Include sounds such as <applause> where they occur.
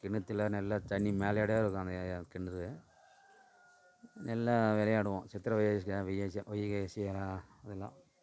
கிணத்தில் நல்லா தண்ணி மேலயோட இருக்கும் அந்த கிணறு நல்லா வெளயாடுவோம் சித்திரை வைகாசியில வெய்ய <unintelligible> வைகாசியெலாம் <unintelligible>